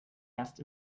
erst